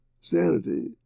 sanity